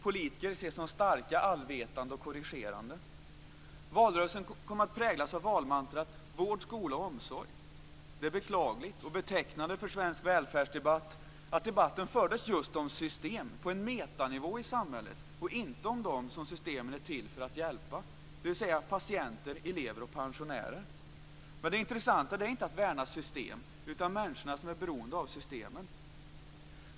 Politiker ses som starka, allvetande och korrigerande. Valrörelsen kom att präglas av valmantrat vård, skola och omsorg. Det är beklagligt och betecknande för svensk välfärdsdebatt att debatten fördes om just system på en metanivå i samhället och inte om dem som systemen är till för att hjälpa, dvs. patienter, elever och pensionärer. Men det intressanta är inte att värna system, utan människorna som är beroende av systemen.